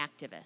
activist